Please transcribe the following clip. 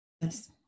Yes